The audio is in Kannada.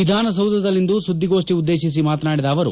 ವಿಧಾನಸೌಧದಲ್ಲಿಂದು ಸುದ್ದಿಗೋಷ್ಠಿ ಉದ್ದೇಶಿಸಿ ಮಾತನಾಡಿದ ಅವರು